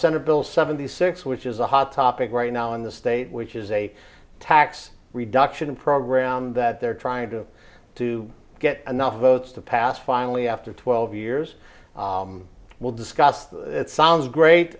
e bill seventy six which is a hot topic right now in the state which is a tax reduction program that they're trying to to get enough votes to pass finally after twelve years we'll discuss sounds great